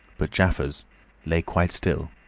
but jaffers lay quite still,